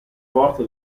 forza